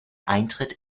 eintritt